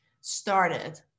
started